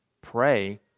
pray